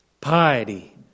piety